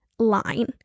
Line